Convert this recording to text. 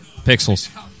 Pixels